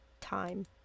time